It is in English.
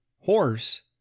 horse